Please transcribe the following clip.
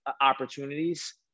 opportunities